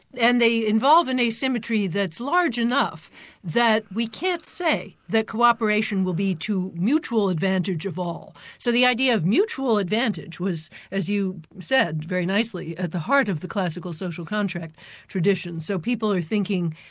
and they involve an asymmetry that's large enough that we can't say their co-operation will be to mutual advantage of all. so the idea of mutual advantage, was, as you said very nicely at the heart of the classical social contract tradition, so people are thinking,